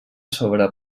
sobre